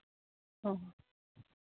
ᱚᱸᱻ